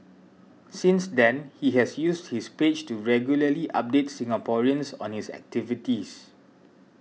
since then he has used his page to regularly update Singaporeans on his activities